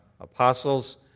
apostles